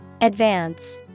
Advance